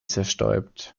zerstäubt